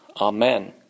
amen